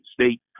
state